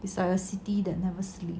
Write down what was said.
it is like a city that never sleeps